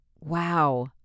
wow